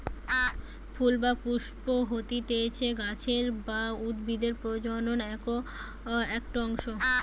ফুল বা পুস্প হতিছে গাছের বা উদ্ভিদের প্রজনন একটো অংশ